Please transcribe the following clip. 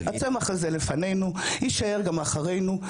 הצמח הזה לפנינו, יישאר גם אחרינו.